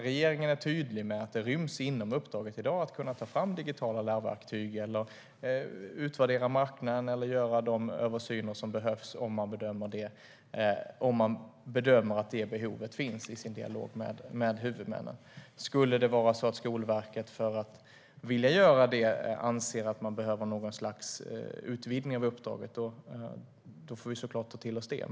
Regeringen är tydlig med att det ryms inom uppdraget i dag att kunna ta fram digitala lärverktyg, utvärdera marknaden eller göra de översyner som behövs om man i sin dialog med huvudmännen bedömer att det behovet finns. Skulle Skolverket anse att man behöver något slags utvidgning av uppdraget får vi naturligtvis ta till oss det.